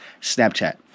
Snapchat